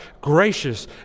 gracious